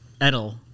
Edel